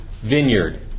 vineyard